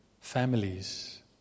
families